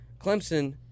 Clemson